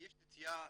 יש נטיה,